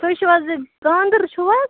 تُہۍ چھُو حظ یہِ کانٛدر چھُو حظ